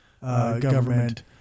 government